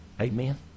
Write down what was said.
Amen